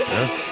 Yes